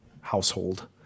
household